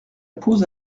pose